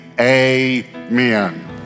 amen